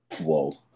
whoa